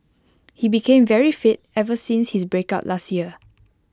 he became very fit ever since his breakup last year